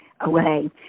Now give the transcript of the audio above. away